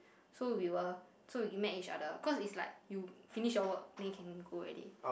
so we were so we met each other cause it's like you finish your work then you can go already